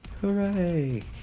Hooray